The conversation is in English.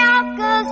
Alka